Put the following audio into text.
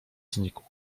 znikł